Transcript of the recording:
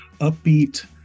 upbeat